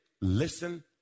listen